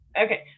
Okay